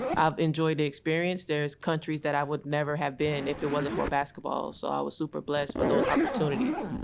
i've enjoyed the experience. there's countries that i would never have been if it wasn't for basketball. so i was super blessed for those opportunities.